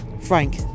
Frank